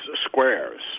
squares